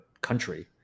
country